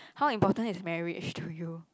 how important is marriage to you